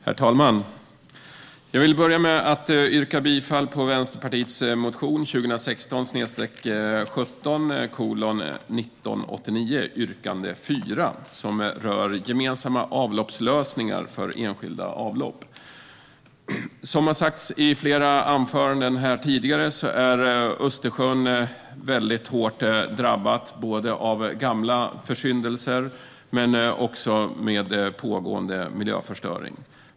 Herr talman! Låt mig börja med att yrka bifall till Vänsterpartiets motion, 2016/17:1989 yrkande 4, som rör gemensamma avloppslösningar för enskilda avlopp. Som det har sagts i flera anföranden är Östersjön hårt drabbad av såväl gamla försyndelser som pågående miljöförstöring.